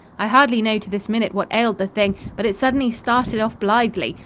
i hardly know to this minute what ailed the thing, but it suddenly started off blithely,